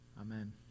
Amen